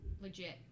Legit